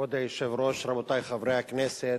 כבוד היושב-ראש, רבותי חברי הכנסת,